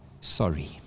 sorry